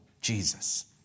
Jesus